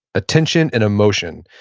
attention, and emotion.